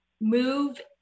move